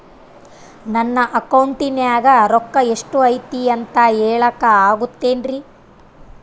ನನ್ನ ಅಕೌಂಟಿನ್ಯಾಗ ರೊಕ್ಕ ಎಷ್ಟು ಐತಿ ಅಂತ ಹೇಳಕ ಆಗುತ್ತೆನ್ರಿ?